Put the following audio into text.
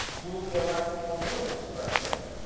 will we elect a woman as president?